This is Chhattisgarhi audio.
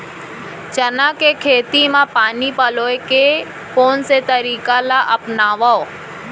चना के खेती म पानी पलोय के कोन से तरीका ला अपनावव?